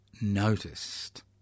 noticed